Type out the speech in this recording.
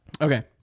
Okay